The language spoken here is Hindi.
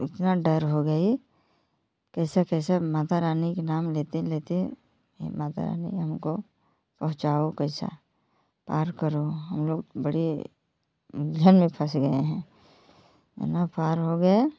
इतना डर हो गई कैसा कैसा माता रानी के नाम लेते लेते हे माता रानी हमको पहुंचाओ कैसा पार करो हम लोग बड़े उलझन में फँस गएँ हैं एना पार हो गए